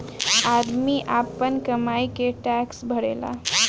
आदमी आपन कमाई के टैक्स भरेला